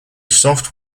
soft